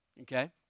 okay